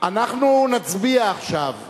אנחנו נצביע עכשיו,